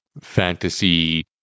fantasy